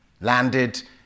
landed